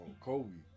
Kobe